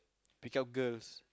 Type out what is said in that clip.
pick up girls